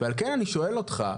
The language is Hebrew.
ועל כן אני שואל אותך,